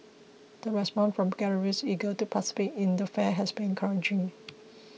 the response from galleries eager to participate in the fair has been encouraging